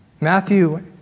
Matthew